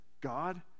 God